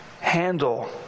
handle